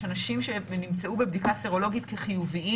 אנשים שנמצאו בבדיקה סרולוגית כחיוביים